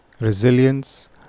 resilience